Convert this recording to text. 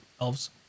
elves